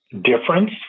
difference